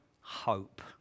Hope